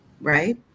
right